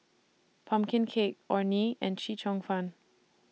Pumpkin Cake Orh Nee and Chee Cheong Fun